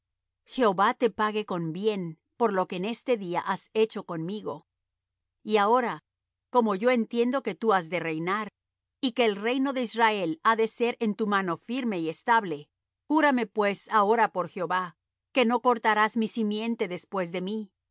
jehová te pague con bien por lo que en este día has hecho conmigo y ahora como yo entiendo que tú has de reinar y que el reino de israel ha de ser en tu mano firme y estable júrame pues ahora por jehová que no cortarás mi simiente después de mí